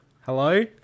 Hello